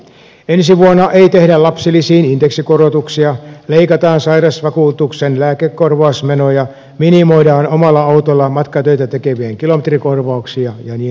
ensi vuonna ei tehdä lapsilisiin indeksikorotuksia leikataan sairausvakuutuksen lääkekorvausmenoja minimoidaan omalla autolla matkatöitä tekevien kilometrikorvauksia ja niin edelleen